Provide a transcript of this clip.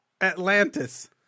Atlantis